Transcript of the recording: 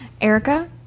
Erica